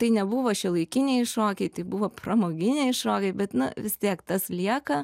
tai nebuvo šiuolaikiniai šokiai tai buvo pramoginiai šokiai bet na vis tiek tas lieka